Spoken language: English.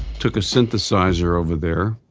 took a synthesizer over there.